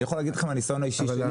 אני יכול להגיד לכם מהניסיון האישי שלי